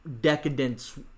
decadence